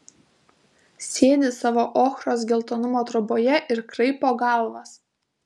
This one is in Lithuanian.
sėdi savo ochros geltonumo troboje ir kraipo galvas